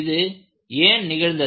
இது ஏன் நிகழ்ந்தது